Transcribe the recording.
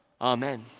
Amen